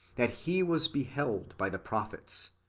that he was beheld by the prophets,